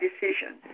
decision